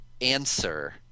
answer